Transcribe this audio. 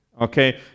okay